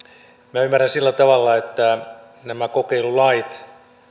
minä ymmärrän sillä tavalla että nämä kokeilulait